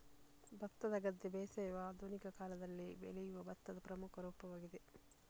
ಭತ್ತದ ಗದ್ದೆ ಬೇಸಾಯವು ಆಧುನಿಕ ಕಾಲದಲ್ಲಿ ಬೆಳೆಯುವ ಭತ್ತದ ಪ್ರಮುಖ ರೂಪವಾಗಿದೆ